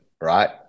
right